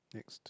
next